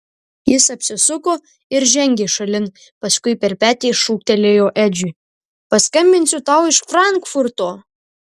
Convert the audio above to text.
jis apsisuko ir žengė šalin paskui per petį šūktelėjo edžiui paskambinsiu tau iš frankfurto